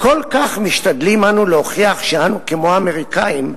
"כל כך משתדלים אנו להוכיח שאנו כמו האמריקנים,